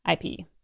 IP